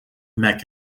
mac